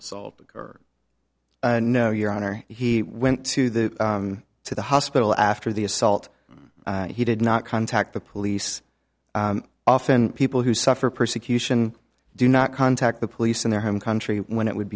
old or no your honor he went to the to the hospital after the assault he did not contact the police often people who suffer persecution do not contact the police in their home country when it would